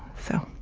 so,